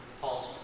Paul's